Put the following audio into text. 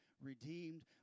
redeemed